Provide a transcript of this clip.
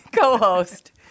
co-host